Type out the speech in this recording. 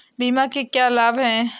बीमा के लाभ क्या हैं?